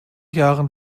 jahren